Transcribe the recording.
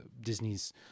Disney's